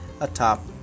atop